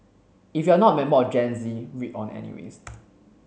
if you're not a member of Gen Z read on anyways